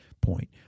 point